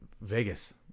Vegas